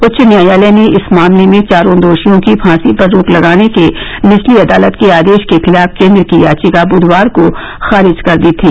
उच्च न्यायालय ने इस मामले में चारों दोषियों की फांसी पर रोक लगाने के निचली अदालत के आदेश के खिलाफ केन्द्र की याचिका बुधवार को खारिज कर दी थी